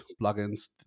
plugins